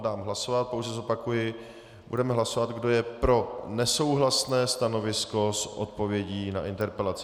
Dám o tom hlasovat, pouze zopakuji, budeme hlasovat, kdo je pro nesouhlasné stanovisko s odpovědí na interpelaci.